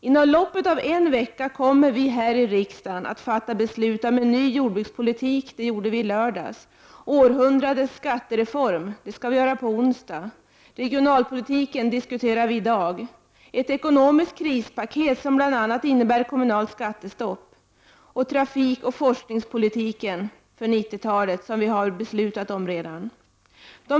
Inom loppet av en vecka kommer vi här i riksdagen att fatta beslut om en ny jordbrukspolitik — det gjorde vi i lördags —, århundradets skattereform — det skall vi göra på onsdag —, regionalpolitik — den diskuterar vi i dag —, ett ekonomiskt krispaket, som bl.a. innebär kommunalt skattestopp, och trafikoch forskningspolitik inför 90-talet, som vi redan har fattat beslut om.